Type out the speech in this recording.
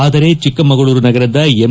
ಆದರೆ ಚಿಕ್ಕಮಗಳೂರು ನಗರದ ಎಂ